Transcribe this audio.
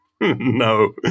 no